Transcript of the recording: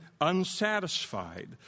unsatisfied